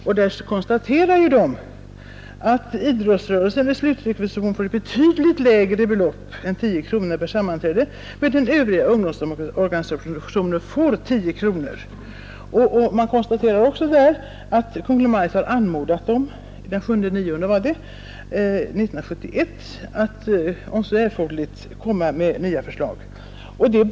I skrivelsen konstateras att Onsdagen den idrottsrörelsen vid slutrekvisitionen får ett betydligt lägre belopp än 10 12 april 1972 kronor per sammankomst medan övriga ungdomsorganisationer får 10 ———— kronor. I skrivelsen konstateras också att Kungl. Maj:t den 7 september Bidrag till ungdoms 1971 anmodat skolöverstyrelsen att, om så visar sig erforderligt, till organisationernas Kungl. Maj:t inkomma med nya förslag till justering i bidragsgivningen.